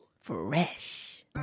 Fresh